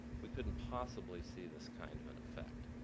we couldn't possibly see this kind of an effect.